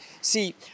See